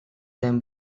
them